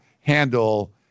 handle